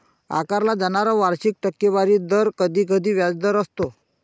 आकारला जाणारा वार्षिक टक्केवारी दर कधीकधी व्याजदर असतो